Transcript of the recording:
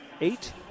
eight